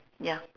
ya